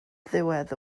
ddiwedd